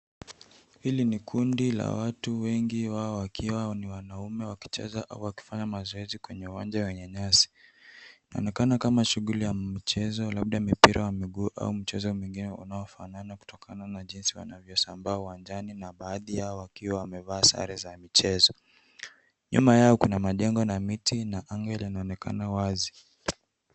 Hili ni kundi la watu wengi wao wakiwa ni wanaume wakicheza au wakifanya mazoezi kwenye uwanja wenye nyasi. Inaonekana kama shughuli ya mchezo labda mpira wa mguu au mchezo mwingine unaofanana kutokana na jinsi wanavyosambaa uwanjani na baadhi yao wakiwa wamevaa sare za michezo. Nyuma yao kuna majengo na miti na anga linaonekana wazi.